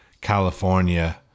California